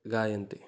गायन्ति